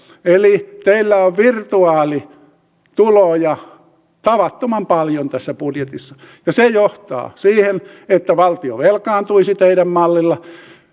eli teillä on virtuaalituloja tavattoman paljon tässä budjetissa se johtaa siihen että valtio velkaantuisi teidän mallillanne